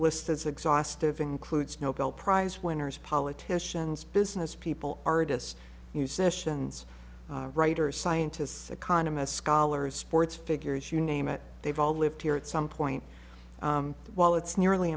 list is exhaustive includes a prize winners politicians business people artists musicians writers scientists economists scholars sports figures you name it they've all lived here at some point while it's nearly